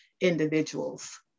individuals